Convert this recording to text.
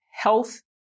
health